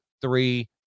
three